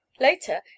Later